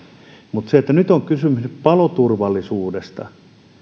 mutta nyt on kysymys paloturvallisuudesta